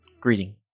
greeting